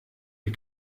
wie